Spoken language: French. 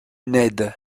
ned